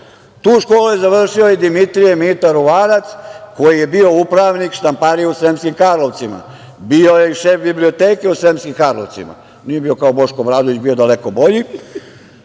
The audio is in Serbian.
Tu školu je završio i Dimitrije Mita Ruvarac, koji je bio upravnik štamparije u Sremskim Karlovcima, bio je i šef biblioteke u Sremskim Karlovcima. Nije bio kao Boško Obradović, bio je daleko bolji.